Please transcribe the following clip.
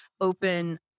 open